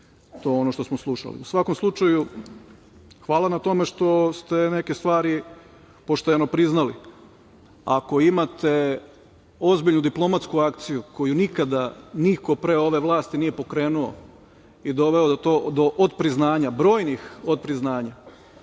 je to ono što smo slušali.U svakom slučaju, hvala na tome što ste neke stvari pošteno priznali. Ako imate ozbiljnu diplomatsku akciju koju nikada niko pre ove vlasti nije pokrenuo i doveo do otpriznanja brojnih onda